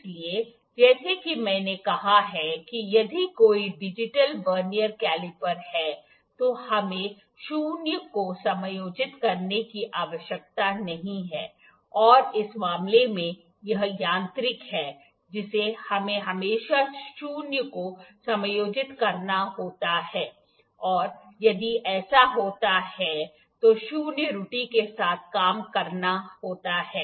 इसलिए जैसा कि मैंने कहा कि यदि कोई डिजिटल वर्नियर कैलिपर है तो हमें शून्य को समायोजित करने की आवश्यकता नहीं है और इस मामले में यह यांत्रिक है जिसे हमें हमेशा शून्य को समायोजित करना होता है और यदि ऐसा होता है तो शून्य त्रुटि के साथ काम करना होता है